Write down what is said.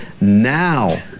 now